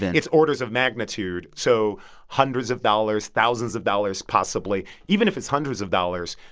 and it's orders of magnitude so hundreds of dollars, thousands of dollars, possibly. even if it's hundreds of dollars,